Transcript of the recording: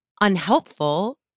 unhelpful